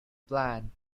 plan